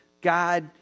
God